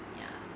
ya